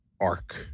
arc